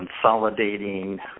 consolidating